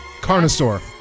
Carnosaur